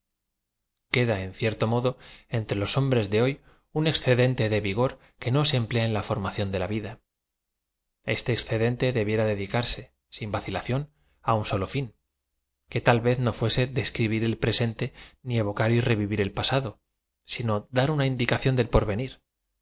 queda en cierto modo entre los hombres de hoy un excedente de v ig o r que no se emplea en la formación de la vida eate excedente debiera dedicarse sin vacllación á un solo fin que ta l v e z no fuese describir el presente ni evocar y r e v iv ir el pasado sino dar nra indicación del porvenir